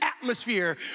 atmosphere